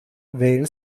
wählen